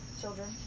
children